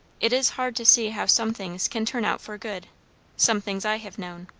it is hard to see how some things can turn out for good some things i have known.